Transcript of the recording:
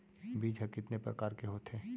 बीज ह कितने प्रकार के होथे?